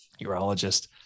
urologist